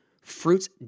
fruit's